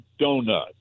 donut